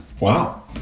Wow